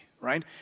right